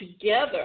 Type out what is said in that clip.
together